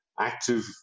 active